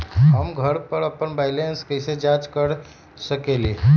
हम घर पर अपन बैलेंस कैसे जाँच कर सकेली?